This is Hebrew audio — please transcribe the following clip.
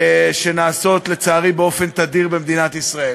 שנעשות, לצערי, באופן תדיר במדינת ישראל.